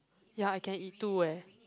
ya I can eat two eh